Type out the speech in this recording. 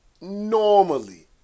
normally